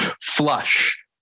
flush